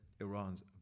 Iran's